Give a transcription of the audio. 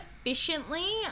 efficiently